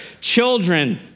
children